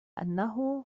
أنه